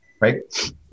right